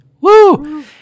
Woo